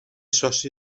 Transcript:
soci